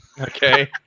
Okay